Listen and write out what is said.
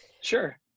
Sure